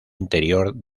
interior